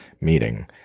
meeting